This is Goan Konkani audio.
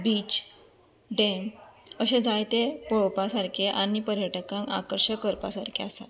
बीच डॅम अशें जायते पळोवपा सारखे आनी पर्यटकांक आकर्शक करपा सारकें आसा